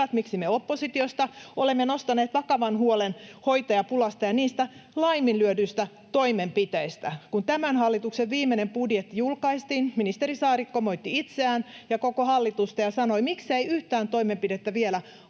miksi me oppositiosta olemme nostaneet vakavan huolen hoitajapulasta ja niistä laiminlyödyistä toimenpiteistä. Kun tämän hallituksen viimeinen budjetti julkaistiin, ministeri Saarikko moitti itseään ja koko hallitusta ja sanoi, että miksei yhtään toimenpidettä ole